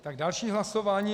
Tak další hlasování...